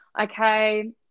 okay